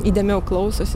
įdėmiau klausosi